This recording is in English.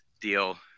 deal